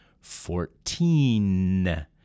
fourteen